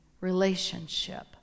relationship